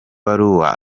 baruwa